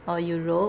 or europe